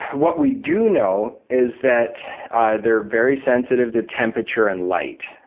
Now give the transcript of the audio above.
what we do know is that they're very sensitive to temperature and light,